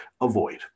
avoid